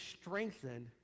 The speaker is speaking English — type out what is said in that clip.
strengthened